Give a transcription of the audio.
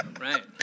Right